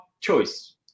choice